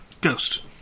Ghost